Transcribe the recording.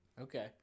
Okay